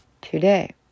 today